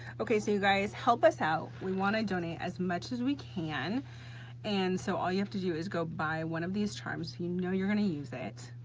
ok, so you guys help us out we want to donate as much as we can and so all you have to do is go buy one of these charms, you know you're gonna use it,